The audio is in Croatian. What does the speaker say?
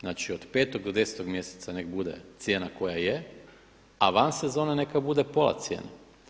Znači od 5. do 10. mjeseca neka bude cijena koja je, a van sezone neka bude pola cijene.